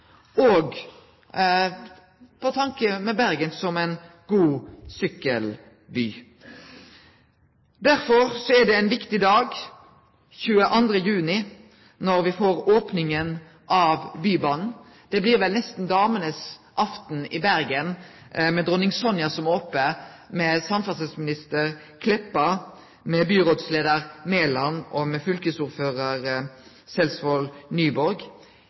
og med tanke på Bergen som ein god sykkelby. Derfor er 22. juni ein viktig dag. Da får me opninga av Bybanen. Det blir vel nesten damenes aften i Bergen, med dronning Sonja som opnar, med samferdselsminister Meltveit Kleppa, med byrådsleiar Mæland og med fylkesordførar Selsvold Nyborg.